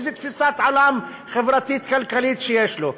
איזו תפיסת עולם חברתית-כלכלית יש לו?